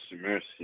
mercy